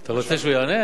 אתה רוצה שהוא יענה?